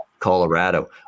Colorado